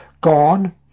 gone